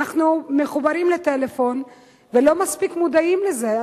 אנחנו מחוברים לטלפון ולא מספיק מודעים לזה.